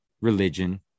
religion